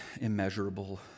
immeasurable